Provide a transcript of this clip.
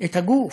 את הגוף,